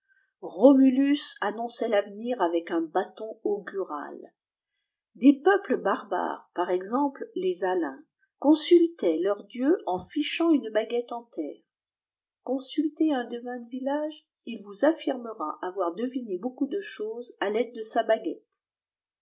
fiomulus annonçait l'avenir avec un bâton augurai des peuples barbares par exemple les alains consultaient leurs dieux en fichant une baguette en terre consultez un devin de village il vous afiirmera avoir deviné beaucoup de choses à taide de sa baguette